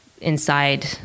inside